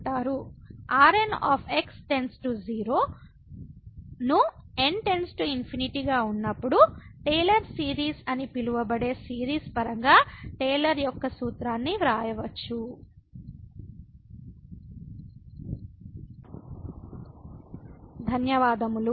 Rn → 0 ను n →∞ గా ఉన్నప్పుడు టేలర్ సిరీస్ అని పిలువబడే సిరీస్ పరంగా టేలర్ యొక్క సూత్రాన్ని వ్రాయవచ్చు